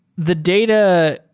the data